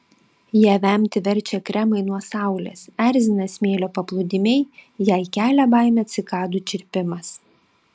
ją vemti verčia kremai nuo saulės erzina smėlio paplūdimiai jai kelia baimę cikadų čirpimas